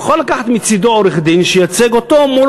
יוכל לקחת מצדו עורך-דין שייצג אותו מול